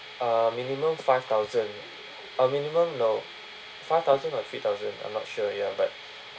uh minimum five thousand uh minimum no five thousand or three thousand I'm not sure ya but